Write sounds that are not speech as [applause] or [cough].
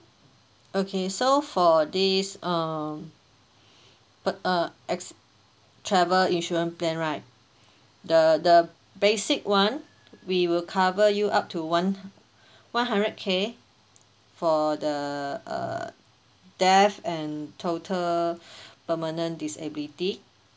okay so for this uh but uh ex~ travel insurance plan right the the basic [one] we will cover you up to one one hundred K for the uh death and total [breath] permanent disability